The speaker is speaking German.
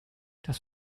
das